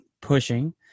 pushing